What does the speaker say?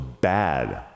bad